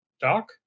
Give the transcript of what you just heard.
Doc